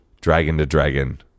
dragon-to-dragon